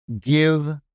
Give